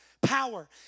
power